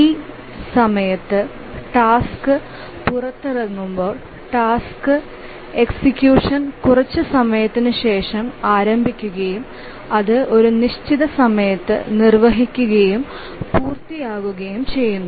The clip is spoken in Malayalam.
T സമയത്ത് ടാസ്ക് പുറത്തിറങ്ങുമ്പോൾ ടാസ്ക് എക്സിക്യൂഷൻ കുറച്ച് സമയത്തിന് ശേഷം ആരംഭിക്കുകയും അത് ഒരു നിശ്ചിത സമയത്ത് നിർവ്വഹിക്കുകയും പൂർത്തിയാക്കുകയും ചെയ്യുന്നു